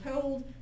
told